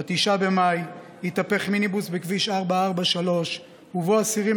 ב-9 במאי התהפך מיניבוס בכביש 443 ובו אסירים